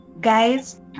guys